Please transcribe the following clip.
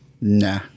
Nah